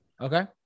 Okay